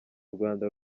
rwanda